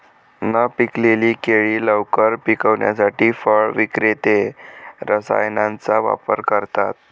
न पिकलेली केळी लवकर पिकवण्यासाठी फळ विक्रेते रसायनांचा वापर करतात